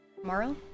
Tomorrow